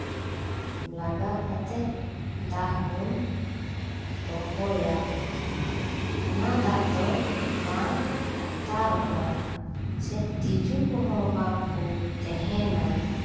ᱞᱟᱜᱟᱣ ᱠᱟᱛᱮᱫ ᱫᱟᱜ ᱵᱚᱱ ᱫᱚᱦᱚᱭᱟ ᱚᱱᱟ ᱫᱟᱜ ᱫᱚ ᱵᱟᱝ ᱟᱴᱠᱟᱨᱚᱜᱼᱟ ᱥᱮ ᱛᱤᱡᱩ ᱠᱚᱦᱚᱸ ᱵᱟᱝ ᱠᱚ ᱛᱮᱦᱮᱱᱟ